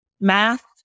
math